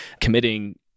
committing